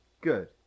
Good